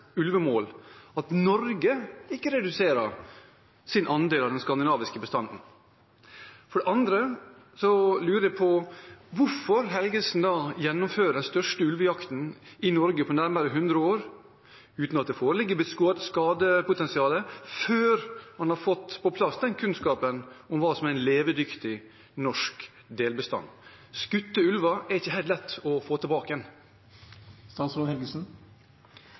ulvemål at Norge ikke reduserer sin andel av den skandinaviske bestanden. For det andre lurer jeg på hvorfor statsråd Helgesen da gjennomfører den største ulvejakten i Norge på nærmere 100 år – uten at det foreligger et skadepotensial – før man har fått på plass kunnskapen om hva som er en levedyktig norsk delbestand. Skutte ulver er ikke helt lett å få tilbake.